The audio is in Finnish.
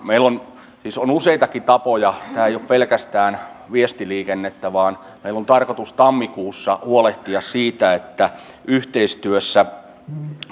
meillä siis on useitakin tapoja tämä ei ole pelkästään viestiliikennettä meillä on tarkoitus tammikuussa huolehtia siitä että yhteistyössä